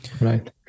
right